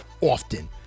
often